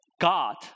God